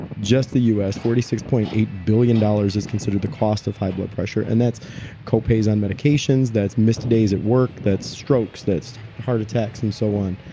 just the us forty six point eight billion dollars is considered the cost of high blood pressure. and that's copays on medications, that's missed days at work, that's strokes, that's heart attacks and so on.